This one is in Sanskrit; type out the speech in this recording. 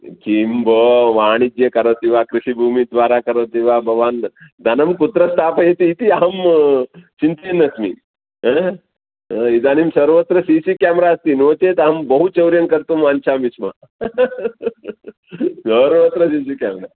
किं भोः वाणिज्यं करोति वा कृषिभूमिद्वारा करोति वा भवान् धनं कुत्र स्थापयति इति अहं चिन्तयन्नस्मि हा हा इदानीं सर्वत्र सि सि केमेरा अस्ति नो चेत् अहं बहु चौर्यं कर्तुं वाञ्छामि स्म सर्वत्र सि सि केमेरा